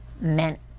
meant